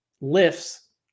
lifts